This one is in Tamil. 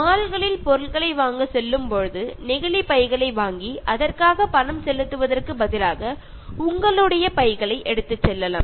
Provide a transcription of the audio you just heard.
மால்களில் பொருட்களை வாங்க செல்லும் பொழுது நெகிழிப் பைகளை வாங்கி அதற்காக பணம் செலுத்துவதற்கு பதிலாக உங்களுடைய பைகளை எடுத்துச் செல்லலாம்